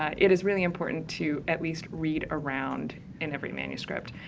it is really important to, at least read around in every manuscript.